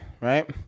Right